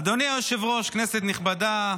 אדוני היושב-ראש, כנסת נכבדה,